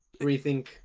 rethink